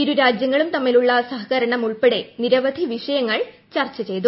ഇരു രാജ്യങ്ങളും തമ്മിലുള്ള സഹകരണം ഉൾപ്പെടെ നിരവധി വിഷയങ്ങൾ ചർച്ച ചെയ്തു